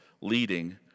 leading